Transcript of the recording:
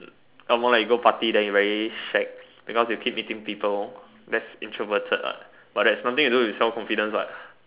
some more like you go party then you very shag because you keep meeting people that's introverted what but that's nothing to do with self confidence what